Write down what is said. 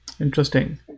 Interesting